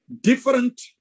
different